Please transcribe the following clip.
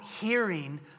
hearing